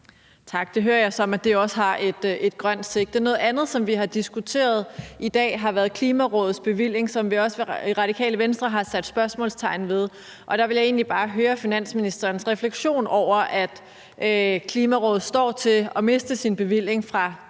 Tak. Det hører jeg, som at det også har et grønt sigte. Noget andet, som vi har diskuteret i dag, har været Klimarådets bevilling, som vi også i Radikale Venstre har sat spørgsmålstegn ved. Der vil jeg egentlig bare høre finansministerens refleksion over, at Klimarådet står til at miste sin bevilling fra 2024. Det